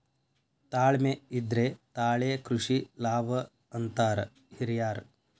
ತಾಳ್ಮೆ ಇದ್ರೆ ತಾಳೆ ಕೃಷಿ ಲಾಭ ಅಂತಾರ ಹಿರ್ಯಾರ್